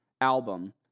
album